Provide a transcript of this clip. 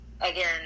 again